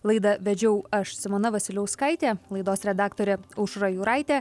laidą vedžiau aš simona vasiliauskaitė laidos redaktorė aušra juraitė